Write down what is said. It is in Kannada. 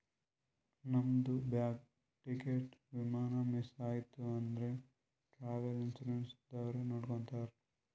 ನಮ್ದು ಬ್ಯಾಗ್, ಟಿಕೇಟ್, ವಿಮಾನ ಮಿಸ್ ಐಯ್ತ ಅಂದುರ್ ಟ್ರಾವೆಲ್ ಇನ್ಸೂರೆನ್ಸ್ ದವ್ರೆ ನೋಡ್ಕೊತ್ತಾರ್